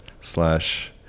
slash